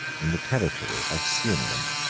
in the territory of sirmium.